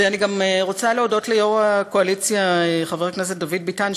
ואני גם רוצה להודות ליושב-ראש הקואליציה חבר הכנסת דוד ביטן,